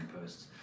posts